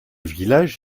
village